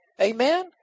Amen